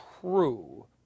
true